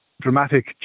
dramatic